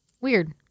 Weird